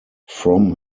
from